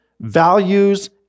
values